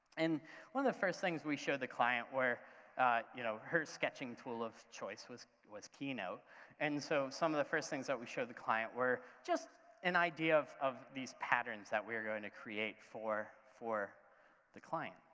and one of the first things we showed the client were you know her sketching tool of choice was was keynote and so some of the first things that we showed the client were just an idea of of these patterns that we were going to create for for the client,